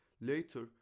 Later